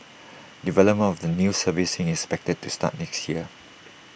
development of the new surfacing is expected to start next year